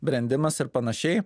brendimas ir panašiai